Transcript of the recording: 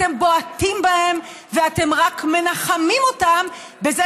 אתם בועטים בהם ואתם רק מנחמים אותם בזה